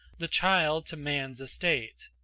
the child to man's estate.